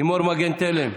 לימור מגן תלם,